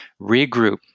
regroup